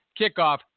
kickoff